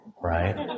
right